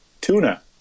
tuna